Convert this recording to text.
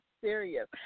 serious